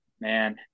man